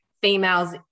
females